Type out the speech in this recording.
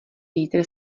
vítr